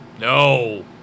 No